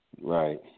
Right